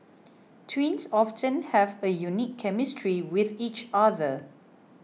twins often have a unique chemistry with each other